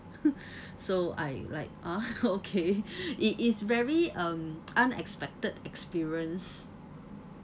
so I like ah okay it is very um unexpected experience